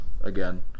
again